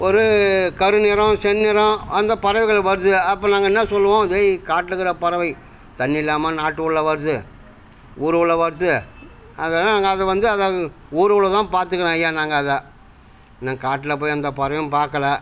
ஒரு கருநிறம் செந்நிறம் அந்த பறவைகள் வருது அப்போ நாங்கள் என்ன சொல்லுவோம் இதை காட்டில இருக்கிற பறவை தண்ணி இல்லாமல் நாட்டு உள்ளே வருது ஊர் உள்ளே வருது அதெலாம் நாங்கள் அதை வந்து அதாவது ஊர் உள்ளே தான் பார்த்துக்குறோம் ஐயா நாங்கள் அதை நான் காட்டில் போய் எந்த பறவையும் பார்க்கல